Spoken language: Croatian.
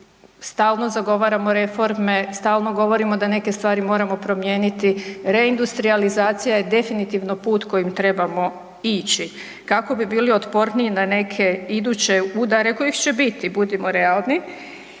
stalno zagovaramo reforme, stalno govorimo da neke stvari trebamo promijeniti, reindustrijalizacija je definitivno put kojim trebamo ići kako bi bili otporniji na neke iduće udare, kojih će biti budimo realni.